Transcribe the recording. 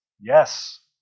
Yes